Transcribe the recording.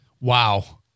Wow